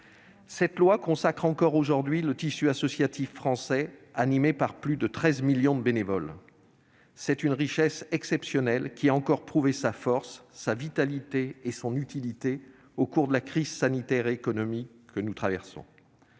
Cette loi consacre encore aujourd'hui le tissu associatif français, animé par plus de 13 millions de bénévoles. C'est une richesse exceptionnelle, qui a encore prouvé sa force, sa vitalité et son utilité au cours de la crise sanitaire et économique que nous traversons.